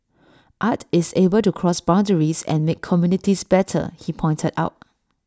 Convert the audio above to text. art is able to cross boundaries and make communities better he pointed out